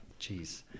Jeez